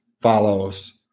follows